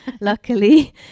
luckily